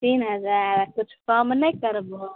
तीन हजार किछु कम नहि करबै